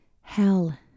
Hell